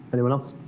anyone else,